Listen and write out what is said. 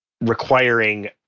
requiring